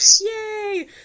Yay